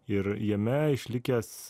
ir jame išlikęs